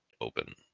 open